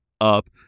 up